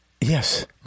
Yes